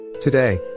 Today